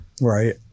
right